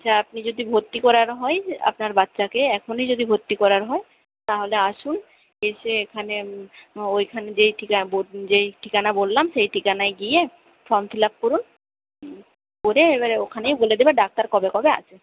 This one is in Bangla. আপনি যদি ভর্তি করানো হয় আপনার বাচ্চাকে এখনই যদি ভর্তি করার হয় তাহলে আসুন এসে এখানে যেই ঠিকানা বললাম সেই ঠিকানায় গিয়ে ফর্ম ফিল আপ করুন করে এবারে ওখানেই বলে দেবে ডাক্তার কবে কবে আসে